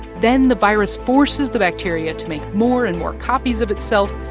then the virus forces the bacteria to make more and more copies of itself,